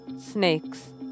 snakes